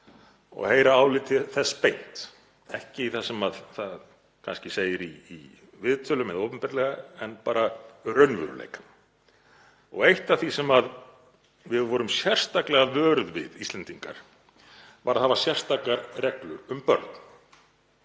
og heyra álit þess beint, ekki það sem það segir í viðtölum eða opinberlega en bara raunveruleikann. Eitt af því sem við vorum sérstaklega vöruð við, Íslendingar, var að hafa sérstakar reglur um börn.